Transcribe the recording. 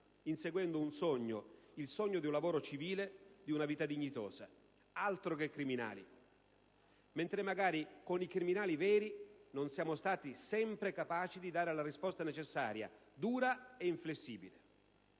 inseguendo un sogno, il sogno di un lavoro civile e di una vita dignitosa. Altro che criminali! E con i criminali veri, magari, non siamo sempre stati capaci di dare la risposta necessaria, dura e inflessibile.